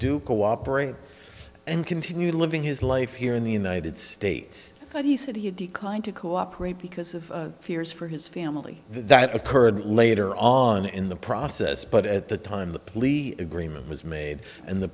do cooperate and continue living his life here in the united states but he said he declined to cooperate because of fears for his family that occurred later on in the process but at the time the plea agreement was made and the